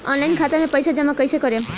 Online खाता मे पईसा जमा कइसे करेम?